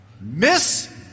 Miss